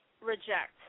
reject